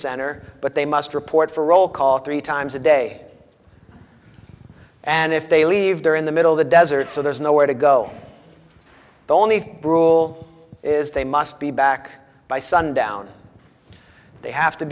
center but they must report for roll call three times a day and if they leave they're in the middle of the desert so there's nowhere to go the only thing brule is they must be back by sundown they have to